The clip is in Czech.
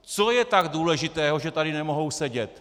Co je tak důležitého, že tady nemohou sedět?